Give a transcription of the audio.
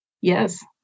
Yes